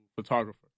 photographer